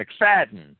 McFadden